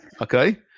Okay